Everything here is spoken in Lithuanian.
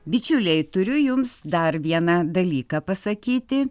bičiuliai turiu jums dar vieną dalyką pasakyti